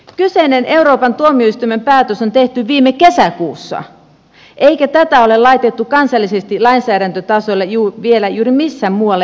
kyseinen euroopan tuomioistuimen päätös on tehty viime kesäkuussa eikä tätä ole laitettu kansallisesti lainsäädäntötasolle vielä juuri missään muualla euroopassakaan